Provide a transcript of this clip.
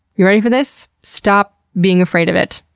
you ready for this? stop being afraid of it.